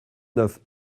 neuf